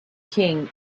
king